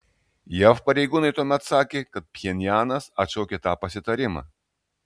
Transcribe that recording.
jav pareigūnai tuomet sakė kad pchenjanas atšaukė tą pasitarimą